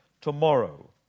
Tomorrow